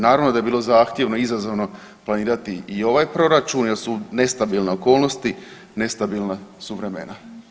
Naravno da je bilo zahtjevno, izazovno planirati i ovaj proračun, jer su nestabilne okolnosti, nestabilna su vremena.